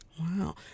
Wow